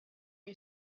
who